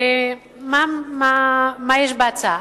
מה יש בהצעה.